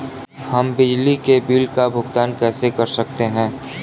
हम बिजली के बिल का भुगतान कैसे कर सकते हैं?